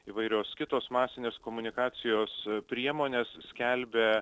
įvairios kitos masinės komunikacijos priemonės skelbia